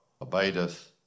abideth